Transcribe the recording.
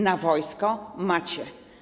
Na wojsko macie.